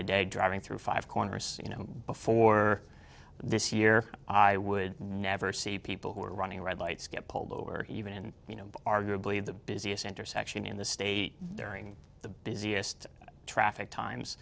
to day driving through five corners you know before this year i would never see people who are running red lights get pulled over even in you know arguably the busiest intersection in the state they're in the busiest traffic times